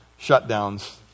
shutdowns